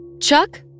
Chuck